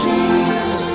Jesus